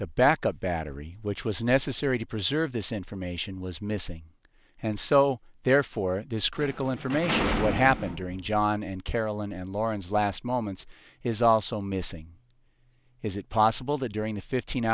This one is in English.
backup battery which was necessary to preserve this information was missing and so therefore this critical information what happened during john and carolyn and lauren's last moments is also missing is it possible that during the fifteen